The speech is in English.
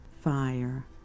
fire